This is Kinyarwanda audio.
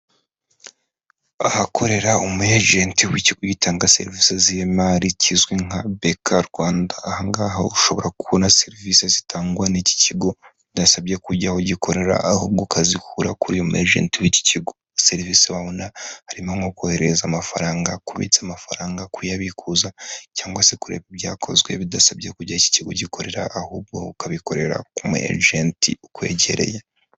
Ahakorera umuegent utanga serivisi z'imari kizwi nka BK Rwanda aha ngaha ushobora kubona serivisi zitangwa n'iki kigo udasabye kujya aho gikorera ahubwo ukazikura kuri mgit w'iki kigo serivisi wabona harimo nko kohereza amafaranga kubitsa amafaranga kuyabikuza cyangwa se kureba ibyakozwe bidasabye kujya iki kigo gikorera ahubwo ukabikorera ku mu agent ukwegereye.